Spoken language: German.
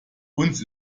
uns